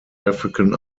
african